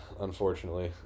unfortunately